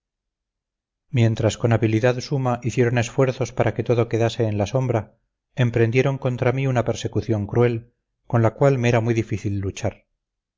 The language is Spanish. mientras con habilidad suma hicieron esfuerzos para que todo quedase en la sombra emprendieron contra mí una persecución cruel con la cual me era muy difícil luchar